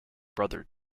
brother